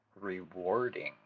rewarding